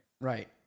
Right